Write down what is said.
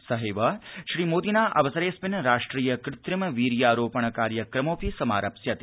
सहैव श्रीमोदिना अवसरेऽस्मिन् राष्ट्रिय कृत्रिम वीर्यारोपण कार्यक्रमोऽपि समारप्स्यते